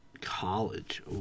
College